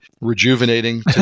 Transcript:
rejuvenating